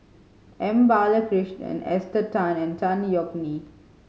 M Balakrishnan Esther Tan and Tan Yeok Nee